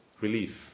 relief